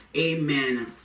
amen